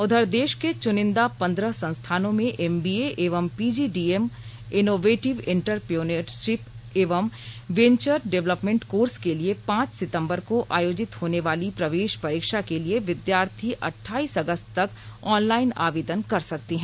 उधर देश को चुनिंदा पंद्रह संस्थानों में एमबीए एवं पीजीडीएम इनोवेटिव एंटरप्रेन्योरशिप एवं वेंचर डेवलपमेंट कोर्स के लिए पांच सिंतबर को आयोजित होनेवाली प्रवेश परीक्षा के लिए विद्यार्थी अठाइस अगस्त तक ऑनलाइन आवेदन कर सकते हैं